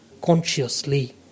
consciously